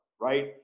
right